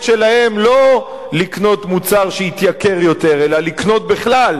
שלהם לא לקנות מוצר שהתייקר יותר אלא לקנות בכלל,